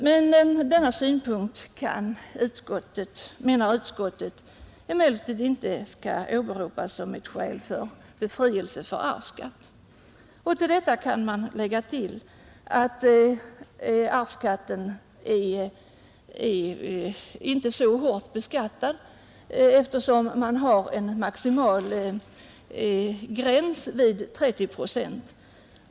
Men denna synpunkt skall inte, menar utskottet, åberopas som ett skäl för befrielse från arvsskatt. Till detta kan man lägga att arvsskatten inte är så hård, eftersom det finns en maximal gräns vid 30 procent.